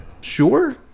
sure